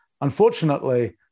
unfortunately